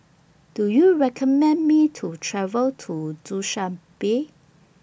Do YOU recommend Me to travel to Dushanbe